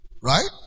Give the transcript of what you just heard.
Right